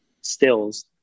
stills